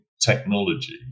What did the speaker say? technology